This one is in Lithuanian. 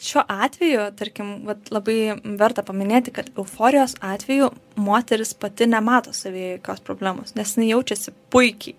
šiuo atveju tarkim vat labai verta paminėti kad euforijos atveju moteris pati nemato savyje jokios problemos nes jinai jaučiasi puikiai